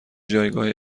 جایگاه